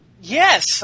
Yes